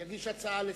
יגיש הצעה לסדר-היום,